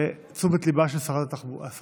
לתשומת ליבה של שרת התחבורה.